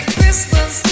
Christmas